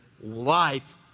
life